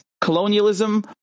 colonialism